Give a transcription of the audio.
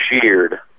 sheared